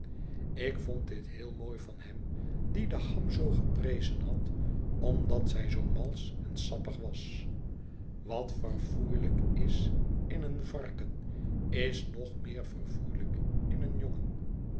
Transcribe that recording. ik vond dit heel mooi van hem die de ham zoo geprezen had omdat zij zoo malsch en sappig was wat verfoeilijk is in een varken is nog meer verfoeilijk in een jongen